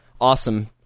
Awesome